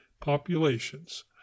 populations